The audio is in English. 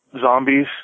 zombies